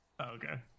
Okay